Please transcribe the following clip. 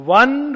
one